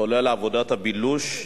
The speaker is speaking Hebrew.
כולל עבודת הבילוש,